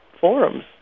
forums